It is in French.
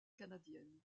canadienne